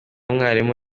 mwarimu